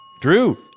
Drew